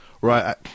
Right